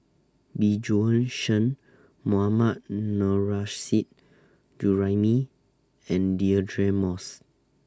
Bjorn Shen Mohammad Nurrasyid Juraimi and Deirdre Moss